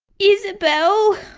isabelle.